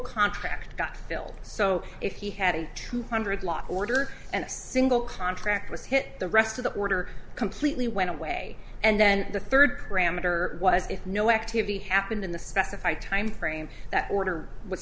contract got filled so if he had a true hundred law order and a single contract was hit the rest of the order completely went away and then the third parameter was if no activity happened in the specified time frame that order w